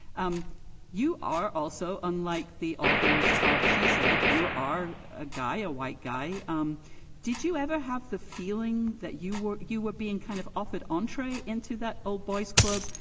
um you are also unlike the authors of she said you are a guy a white guy. um did you ever have the feeling that you were you were being kind of offered entree into that old boys club.